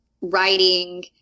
writing